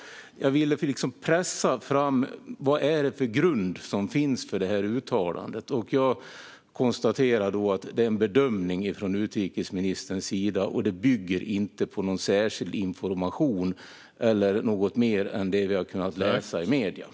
Jag ville pressa fram vilken grund det finns för uttalandet. Jag konstaterar att det är en bedömning från utrikesministern och att det inte bygger på någon särskild information eller något mer än det vi har kunnat läsa i medierna.